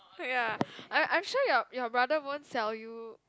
ya I I am sure your your brother won't sell you